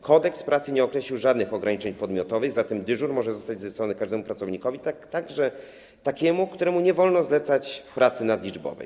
Kodeks pracy nie określił żadnych ograniczeń podmiotowych, zatem dyżur może zostać zlecony każdemu pracownikowi, także takiemu, któremu nie wolno zlecać pracy w godzinach nadliczbowych.